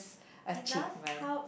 achievement